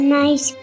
nice